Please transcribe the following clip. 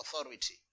authority